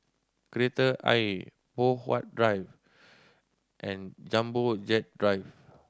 Kreta Ayer Poh Huat Drive and Jumbo Jet Drive